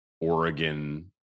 Oregon